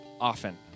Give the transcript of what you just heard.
often